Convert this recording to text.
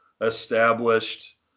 established